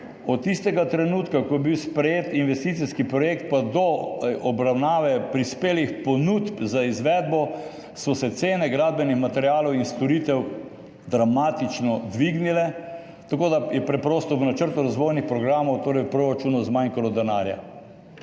od tistega trenutka, ko je bil sprejet investicijski projekt, pa do obravnave prispelih ponudb za izvedbo, so se cene gradbenih materialov in storitev dramatično dvignile, tako da je preprosto v načrtu razvojnih programov, torej v proračunu, zmanjkalo denarja.